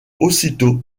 aussitôt